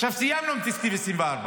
עכשיו סיימנו את תקציב 2024,